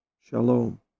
shalom